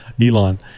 Elon